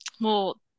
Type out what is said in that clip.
Well-